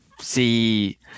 see